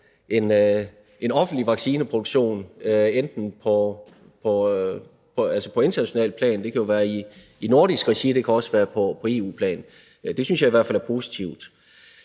en offentlig vaccineproduktion på internationalt plan. Det kan jo være i nordisk regi; det kan også være på EU-plan. Det synes jeg i hvert fald er positivt.